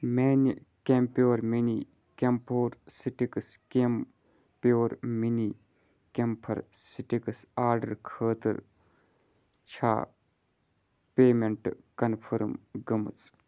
میانہِ کیٚمۍ pure mini کیٚمۍ پیُور سٹِکس کیٚمۍ پیُور مِنی کیٚمۍ پیُور سٹِکس آرڈر خٲطرٕ چھا پیمینٹ کنفٔرم گٔمٕژ